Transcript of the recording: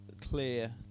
clear